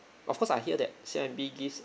of course I hear that C_I_M_B gives